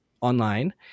online